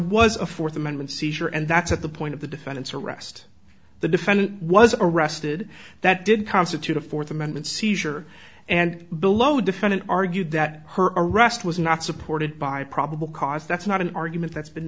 was a fourth amendment seizure and that's at the point of the defendant's arrest the defendant was arrested that did constitute a fourth amendment seizure and below defendant argued that her arrest was not supported by probable cause that's not an argument that's been